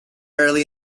early